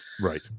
Right